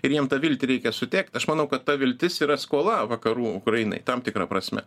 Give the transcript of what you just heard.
ir jiem tą viltį reikia suteikt aš manau kad ta viltis yra skola vakarų ukrainai tam tikra prasme